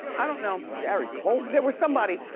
i don't know. gary coleman? there was somebody.